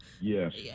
yes